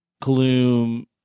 Gloom